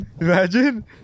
imagine